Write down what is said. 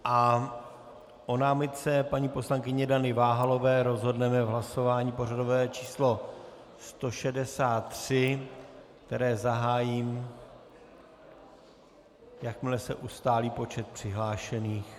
O námitce paní poslankyně Dany Váhalové rozhodneme v hlasování pořadové číslo 163, které zahájím, jakmile se ustálí počet přihlášených.